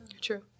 True